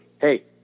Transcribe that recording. hey